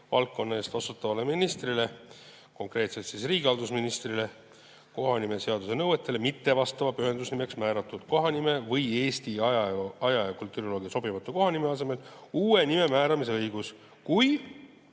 valdkonna eest vastutavale ministrile, konkreetselt riigihalduse ministrile kohanimeseaduse nõuetele mittevastava pühendusnimeks määratud kohanime või Eesti aja- ja kultuuriloole sobimatu kohanime asemele uue nime määramise õigus, kui